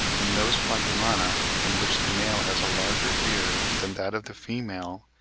in those quadrumana in which the male has a larger beard than that of the female,